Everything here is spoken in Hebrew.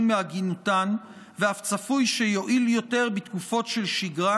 מעגינותן ואף צפוי שיועיל יותר בתקופות של שגרה,